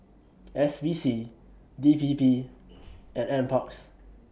S P C D P P and NParks